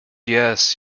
yes